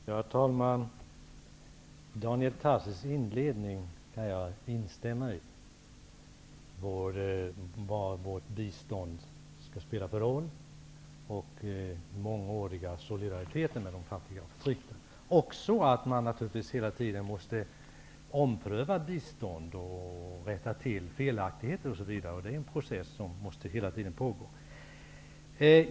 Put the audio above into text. Herr talman! Jag instämmer i det Daniel Tarschys sade i inledningen av sitt huvudanförande om den roll vårt bistånd skall spela och den mångåriga solidariteten med de fattiga och förtryckta. Man måste naturligtvis hela tiden ompröva bistånd och rätta till felaktigheter. Det är en process som hela tiden måste pågå.